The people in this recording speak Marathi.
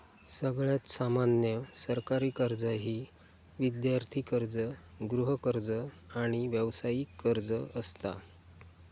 सगळ्यात सामान्य सरकारी कर्जा ही विद्यार्थी कर्ज, गृहकर्ज, आणि व्यावसायिक कर्ज असता